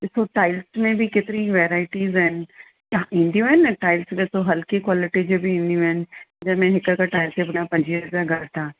ॾिसो टाइल्स में बि केतिरी वैरायटीस आहिनि छा ईंदियूं आहिनि टाइल्स में त हल्की कॉलिटी जी बि ईंदियूं आहिनि जंहिं में हिकु हिकु टाइल्स जे पुठियां पंजवीह रुपिया घटि आहे